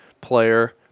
player